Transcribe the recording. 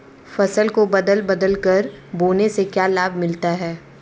फसल को बदल बदल कर बोने से क्या लाभ मिलता है?